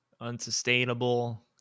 unsustainable